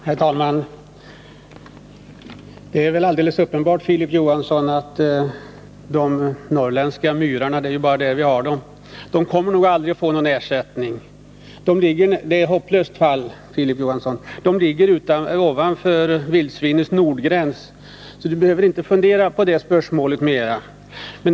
Herr talman! Det är väl alldeles uppenbart, Filip Johansson, att det aldrig kommer att utgå någon ersättning för skador på de norrländska myrarna — myrar finns ju bara i Norrland. Det är ett hopplöst exempel. Myrarna ligger nämligen ovanför vildsvinens nordgräns. Filip Johansson behöver därför inte fundera mera på det spörsmålet.